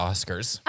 Oscars